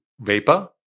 vapor